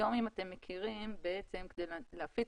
היום, אם אתם מכירים, כדי להפיץ